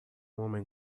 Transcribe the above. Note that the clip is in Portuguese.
homem